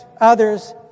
others